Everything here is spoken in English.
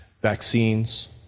Vaccines